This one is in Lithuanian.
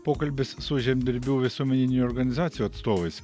pokalbis su žemdirbių visuomeninių organizacijų atstovais